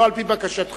לא על-פי בקשתך,